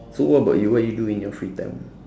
so what about you what you do in your free time